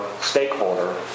stakeholder